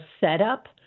setup